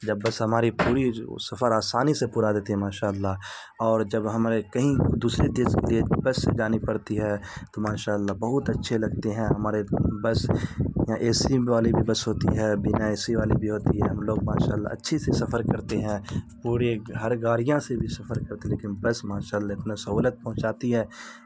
جب بس ہماری پوری سفر آسانی سے پورا دیتی ہے ماشاء اللہ اور جب ہمارے کہیں دوسرے دیس کے لیے بس سے جانی پڑتی ہے تو ماشاء اللہ بہت اچھے لگتے ہیں ہمارے بس یہاں اے سی والی بھی بس ہوتی ہے بنا اے سی والی بھی ہوتی ہے ہم لوگ ماشاء اللہ اچھے سے سفر کرتے ہیں پورے ہر گاڑیاں سے بھی سفر کرتے لیکن بس ماشاء اللہ اتنا سہولت پہنچاتی ہے